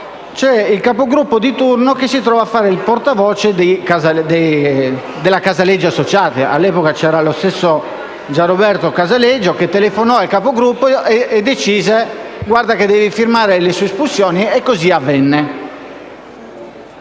c'è il Capogruppo di turno che si trova a fare il portavoce della Casaleggio Associati. All'epoca c'era lo stesso Gianroberto Casaleggio, che telefonò al Capogruppo e decise l'espulsione dal Gruppo del senatore Vacciano; e così avvenne.